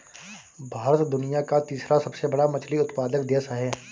भारत दुनिया का तीसरा सबसे बड़ा मछली उत्पादक देश है